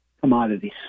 Commodities